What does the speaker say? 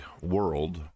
world